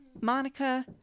monica